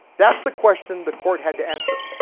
that's the question the court had to answer,